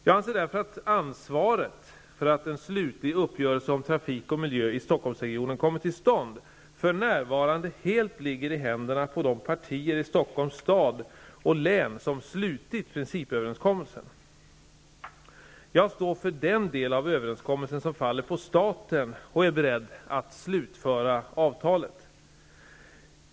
Jag anser därför att ansvaret för att en slutlig uppgörelse om trafik och miljö i Stockholmsregionen kommer till stånd för närvarande helt ligger i händerna på de partier i Stockholms stad och län som slutit principöverenskommelsen. Jag står för den del av överenskommelsen som faller på staten och är beredd att slutföra avtalet.